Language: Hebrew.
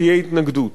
תהיה התנגדות.